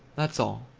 that's all.